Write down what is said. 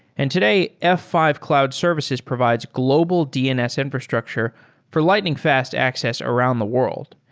and today, f five cloud services provides global dns infrastructure for lightning fast access around the world.